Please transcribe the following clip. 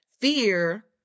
fear